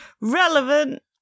relevant